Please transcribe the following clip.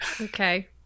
Okay